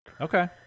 Okay